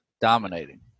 dominating